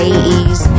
80s